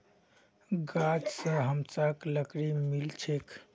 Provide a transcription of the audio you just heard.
गाछ स हमसाक लकड़ी मिल छेक